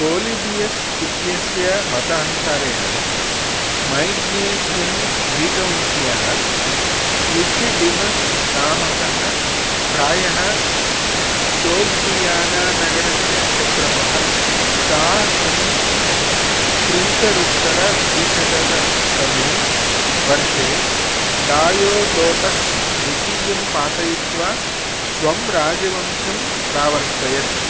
Polybius इत्यस्य मतानुसारेण मैग्नेशियन् ग्रीकवंशीयः युथिडिमस् नामकः प्रायः सोग्डियानानगरस्य क्षत्रपः शासं त्रिंशदुत्तरद्विशततमेवर्षे डायोडोटस् द्वितीयं पातयित्वा स्वं राजवंशं प्रावर्तयत्